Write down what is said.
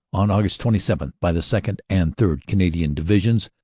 on aug. twenty seven by the second. and third. canadian divi sions,